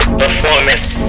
performance